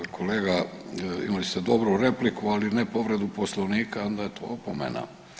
Ja se, kolega, imali ste dobru repliku, ali ne povredu Poslovnika, onda je to opomena.